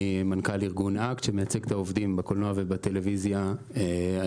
מנכ"ל ארגון "אקט" שמייצג את העובדים בקולנוע ובטלוויזיה הישראלית.